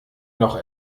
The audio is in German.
noch